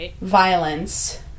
violence